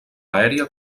aèria